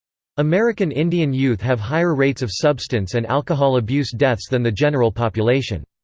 american indian youth have higher rates of substance and alcohol abuse deaths than the general population.